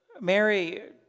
Mary